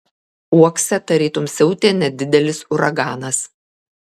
uokse tarytum siautė nedidelis uraganas